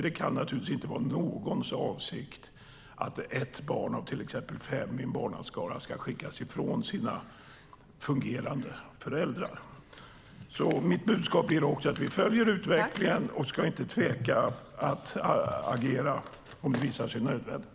Det kan naturligtvis inte vara någons avsikt att ett barn av till exempel fem i en barnaskara ska skickas ifrån sina fungerande föräldrar. Mitt budskap blir att vi följer utvecklingen och att vi inte ska tveka att agera om det visar sig nödvändigt.